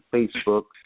Facebook